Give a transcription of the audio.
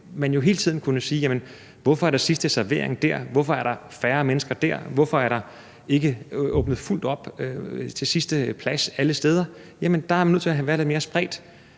man jo hele tiden kunne spørge, hvorfor der er sidste servering dér, hvorfor der er færre mennesker dér, og hvorfor der ikke er åbnet fuldt op til sidste plads alle steder. Jamen der er man nødt til at være lidt mere spredt,